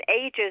ages